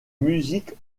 musiques